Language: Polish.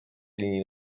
linii